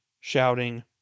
shouting